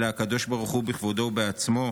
אלא הקדוש ברוך הוא בכבודו ובעצמו,